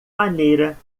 maneira